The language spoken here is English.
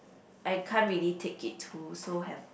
I can't really take it too so have